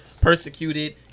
persecuted